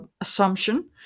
assumption